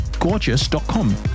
gorgeous.com